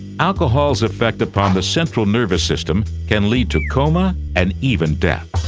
alcohol's effect upon the central nervous system can lead to coma and even death.